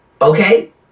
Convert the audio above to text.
okay